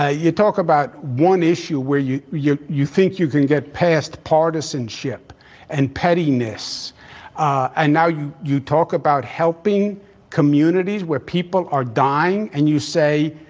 ah you talk about one issue where you you think you can get passed partisanship and pettiness and now you you talk about helping communities where people are dying and you say,